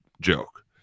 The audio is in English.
joke